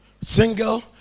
single